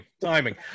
Timing